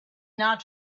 not